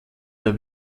der